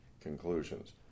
conclusions